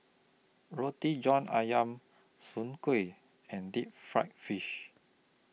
Roti John Ayam Soon Kuih and Deep Fried Fish